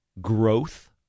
growth